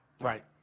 right